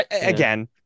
again